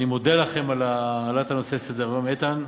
אני מודה לכם על העלאת הנושא לסדר-היום, איתן,